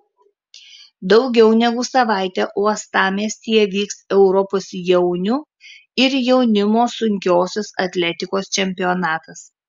daugiau negu savaitę uostamiestyje vyks europos jaunių ir jaunimo sunkiosios atletikos čempionatas